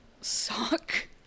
suck